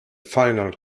final